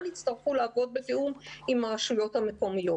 יצטרכו לעבוד בתיאום עם הרשויות המקומיות.